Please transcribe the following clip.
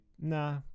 nah